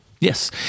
Yes